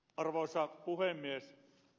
arvoisa puhemies